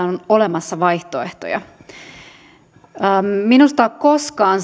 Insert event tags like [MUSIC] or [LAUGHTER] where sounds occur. [UNINTELLIGIBLE] on olemassa vaihtoehtoja minusta koskaan [UNINTELLIGIBLE]